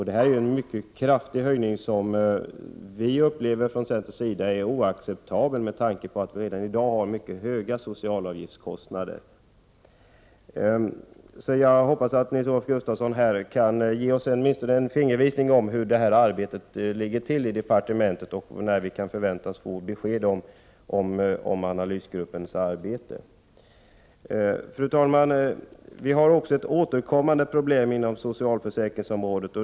Det är en mycket kraftig höjning som vi från centerns sida upplever som oacceptabel med tanke på att socialavgifterna i dag är mycket höga. Jag hoppas att Nils-Olof Gustafsson kan ge oss åtminstone en fingervisning om hur arbetet i departementet ligger till och när vi kan förväntas få besked om analysgruppens arbete. Fru talman! Vi har ett återkommande problem inom socialförsäkringsområdet.